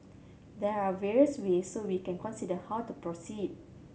there are various ways so we consider how to proceed